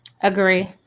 Agree